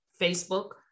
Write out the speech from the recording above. Facebook